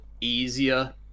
easier